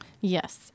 Yes